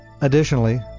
Additionally